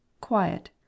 quiet